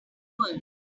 world